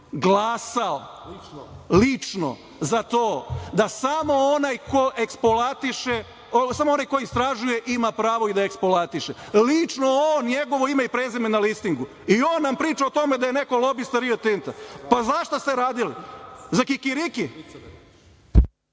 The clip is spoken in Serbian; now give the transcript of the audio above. glasao lično za to da samo onaj ko istražuje ima pravo i da eksploatiše. Lično on, njegovo ime i prezime na listingu i on nam priča o tome da je neko lobista Rio Tinta. Pa, za šta ste radili? Za kikiriki?